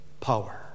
power